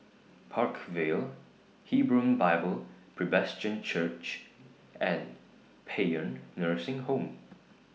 Park Vale Hebron Bible Presbyterian Church and Paean Nursing Home